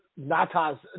Natas